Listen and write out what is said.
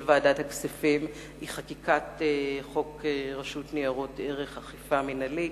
של ועדת הכספים: חקיקת חוק רשות ניירות ערך (אכיפה מינהלית),